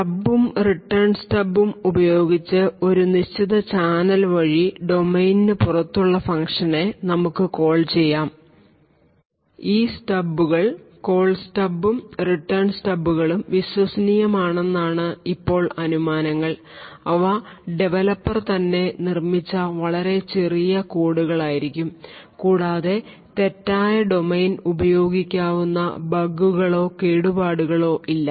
stub ഉം return stub ഉം ഉപയോഗിച്ചു ഒരു നിശ്ചിത ചാനൽ വഴി ഡൊമൈൻ നു പുറത്തുള്ള ഫങ്ക്ഷനെ നമുക്ക് കോൾ ചെയ്യാം ഈ സ്റ്റബുകൾ കോൾ സ്റ്റബും റിട്ടേൺ സ്റ്റബുകളും വിശ്വസനീയമാണെന്നാണ് ഇപ്പോൾ അനുമാനങ്ങൾ അവ ഡവലപ്പർ തന്നെ നിർമ്മിച്ച വളരെ ചെറിയ കോഡുകളായിരിക്കും കൂടാതെ തെറ്റായ ഡൊമെയ്ൻ ഉപയോഗിക്കാവുന്ന ബഗുകളോ കേടുപാടുകളോ ഇല്ല